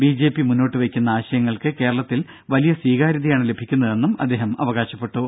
BJP മുന്നോട്ട് വെയ്ക്കുന്ന ആശയങ്ങൾക്ക് കേരളത്തിൽ വലിയ സ്വീകാര്യതയാണ് ലഭിക്കുന്നതെന്ന് അദ്ദേഹം അവകാശപ്പെട്ടു